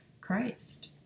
Christ